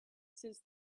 since